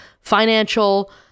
financial